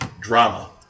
drama